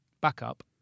backup